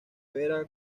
vera